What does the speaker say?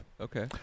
Okay